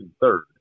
third